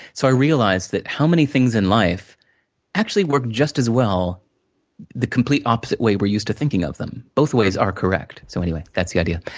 so, i realized that, how many things in life actually work just as well the complete opposite way we're used to thinking of them. both ways are correct, so anyway, that's the idea.